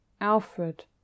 Alfred